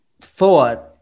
thought